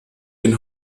den